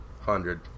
Hundred